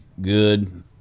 good